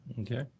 Okay